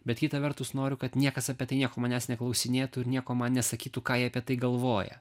bet kita vertus noriu kad niekas apie tai nieko manęs neklausinėtų ir nieko man nesakytų ką jie apie tai galvoja